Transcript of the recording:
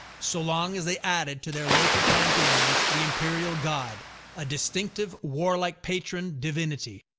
so long as they added to their local pantheons the imperial god a distinctive warlike patron divinity.